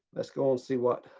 let's go and see what,